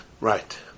Right